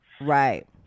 right